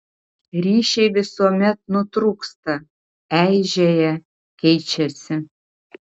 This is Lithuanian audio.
ryšiai visuomet nutrūksta eižėja keičiasi